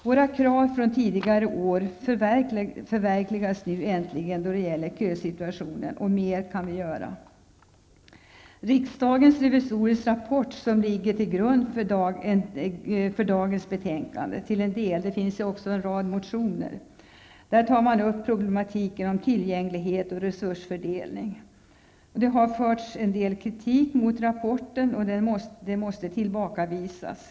Våra krav från tidigare år förverkligas nu äntligen när det gäller kösituationen, och mer kan göras. I riksdagens revisorers rapport, som till en del ligger till grund för dagens betänkande -- det finns även en rad motioner -- tas problematiken med tillgänglighet och resursfördelning upp. En del kritik har framförts mot rapporten, och den måste tillbakavisas.